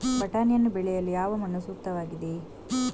ಬಟಾಣಿಯನ್ನು ಬೆಳೆಯಲು ಯಾವ ಮಣ್ಣು ಸೂಕ್ತವಾಗಿದೆ?